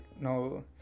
no